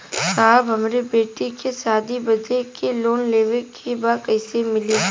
साहब हमरे बेटी के शादी बदे के लोन लेवे के बा कइसे मिलि?